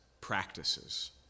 practices